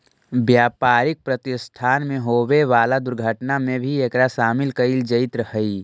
व्यापारिक प्रतिष्ठान में होवे वाला दुर्घटना में भी एकरा शामिल कईल जईत हई